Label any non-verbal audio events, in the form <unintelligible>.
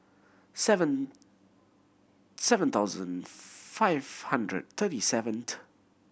seven seven thousand five hundred thirty seven <unintelligible>